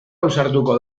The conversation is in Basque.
ausartuko